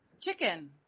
chicken